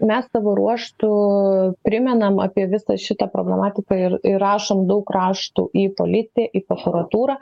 mes savo ruožtu primenam apie visą šitą problematiką ir ir rašom daug raštų į policiją į prokuratūrą